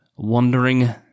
Wondering